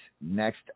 next